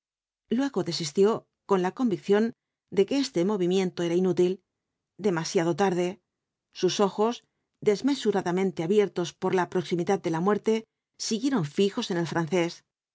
luego desistió con la convicción de que este movimiento era inútil demasiado tarde sus ojos desmesuradamente abiertos por la proximidad de la muerte siguieron ñjos en el francés